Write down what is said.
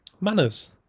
manners